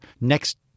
next